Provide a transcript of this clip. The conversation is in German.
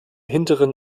hinteren